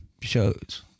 shows